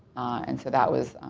and so that was